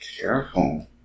Careful